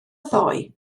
ddoe